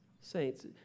saints